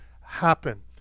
happen